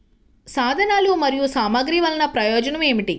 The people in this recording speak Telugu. సాధనాలు మరియు సామగ్రి వల్లన ప్రయోజనం ఏమిటీ?